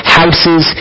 houses